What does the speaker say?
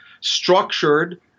structured